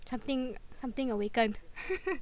something something awakened